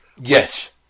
yes